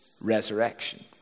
resurrection